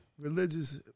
Religious